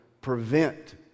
prevent